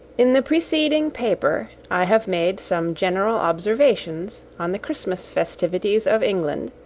in the preceding paper i have made some general observations on the christmas festivities of england,